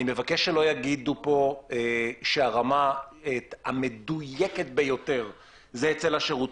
אני מבקש שלא יגידו פה שהרמה המדויקת ביותר זה אצל השירות.